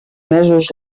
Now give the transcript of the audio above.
mesos